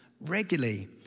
Regularly